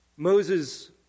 Moses